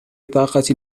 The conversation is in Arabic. بطاقة